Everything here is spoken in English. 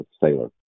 sailor